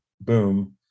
Boom